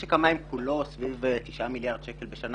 משק המים כולו סביב תשעה מיליארד שקלים בשנה.